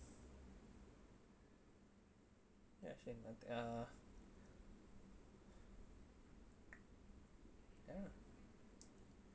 actually like uh ya